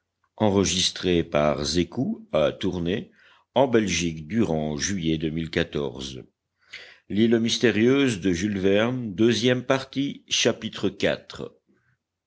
l'île mystérieuse by